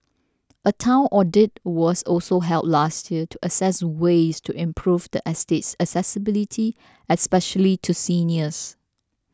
a town audit was also held last year to assess ways to improve the estate's accessibility especially to seniors